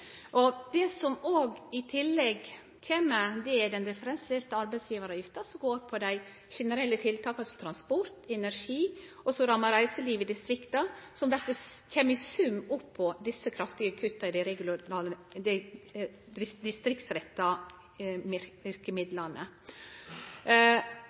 Og det som kjem i tillegg, er den differensierte arbeidsgivaravgifta – som går på dei generelle tiltaka som transport og energi, og som rammar reiselivet i distrikta – som kjem, i sum, oppå desse kraftige kutta i dei